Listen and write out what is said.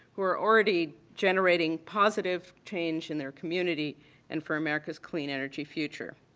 who are already generating positive change in their community and for america's clean energy future.